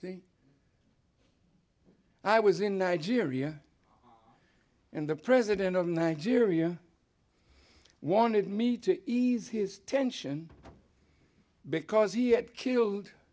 say i was in nigeria and the president of nigeria wanted me to ease his tension because he had killed